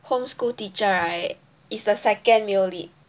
home school teacher right is the second male lead